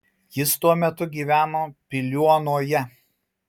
jis tuo metu gyveno piliuonoje